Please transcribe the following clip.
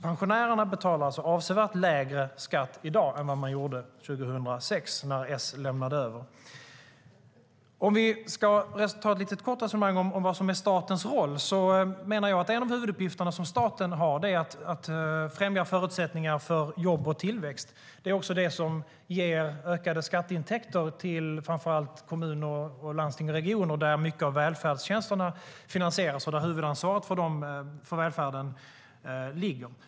Pensionärerna betalar alltså avsevärt lägre skatt i dag än man gjorde 2006, när Socialdemokraterna lämnade över. Så ett litet kort resonemang om vad som är statens roll: En av de huvuduppgifter som staten har är att främja förutsättningar för jobb och tillväxt. Det är också det som ger ökade skatteintäkter till framför allt kommuner, landsting och regioner, där mycket av välfärdstjänsterna finansieras och där huvudansvaret för välfärden ligger.